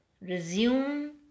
resume